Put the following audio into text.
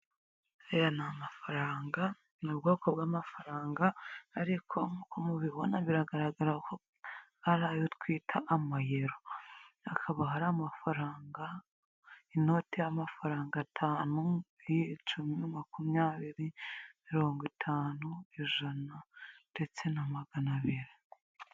Aya ni amafaranga, ni ubwoko bw'amafaranga ariko nk'uko mubibona biragaragara ko ari ayo twita amayero, hakaba hari amafaranga inote y'amafaranga atanu, iy'icumi, makumyabiri, mirongo itanu, ijana ndetse na magana abiri.